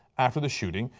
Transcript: after the shooting,